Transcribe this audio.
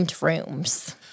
rooms